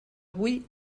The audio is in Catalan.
vull